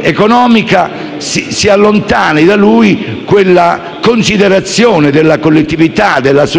economica, quella considerazione della collettività e della società